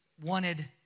wanted